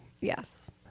yes